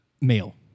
male